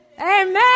Amen